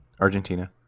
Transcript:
Argentina